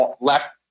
left